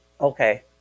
okay